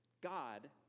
God